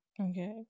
okay